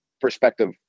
perspective